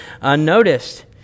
unnoticed